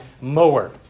mower